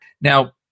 now